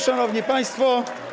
Szanowni Państwo!